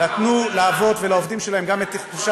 נתנו לעובדות ולעובדים שלהם גם את החופשה